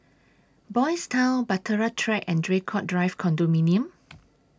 Boys' Town Bahtera Track and Draycott Drive Condominium